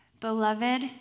Beloved